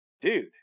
Dude